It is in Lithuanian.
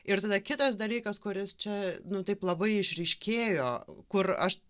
ir tada kitas dalykas kuris čia nu taip labai išryškėjo kur aš